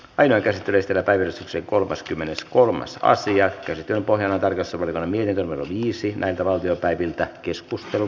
aina edes pyristellä päivystyksen kolmaskymmeneskolmas aasian käsittelyn pohjana täydessä värväämiä tämä olisi asian käsittely päättyi